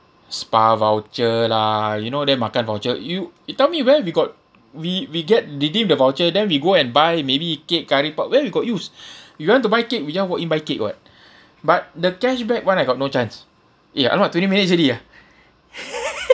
spa voucher lah you know then makan voucher you you tell me where we got we we get redeem the voucher then we go and buy maybe cake karipap where we got use we want to buy cake we just walk in buy cake [what] but the cashback [one] I got no chance eh !alamak! twenty minutes already ah